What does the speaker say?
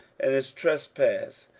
and his trespass,